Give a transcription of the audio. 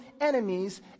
enemies